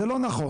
זה לא נכון.